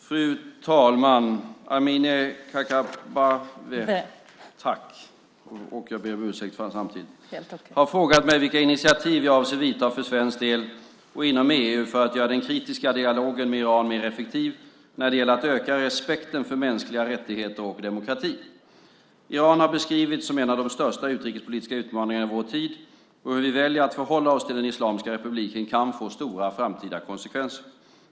Fru talman! Amineh Kakabaveh har frågat mig vilka initiativ jag avser att vidta för svensk del och inom EU för att göra den kritiska dialogen med Iran mer effektiv när det gäller att öka respekten för mänskliga rättigheter och demokrati. Iran har beskrivits som en av de största utrikespolitiska utmaningarna i vår tid och hur vi väljer att förhålla oss till den islamska republiken kan få stora framtida konsekvenser.